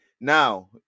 now